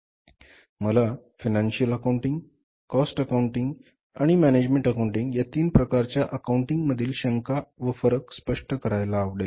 आणि मला financial accounting cost accounting आणि मॅनेजमेंट अकाउंटिंग या तीन प्रकारच्या अकाउंटिंग मधील शंका व फरक स्पष्ट करायला आवडेल